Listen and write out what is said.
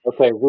Okay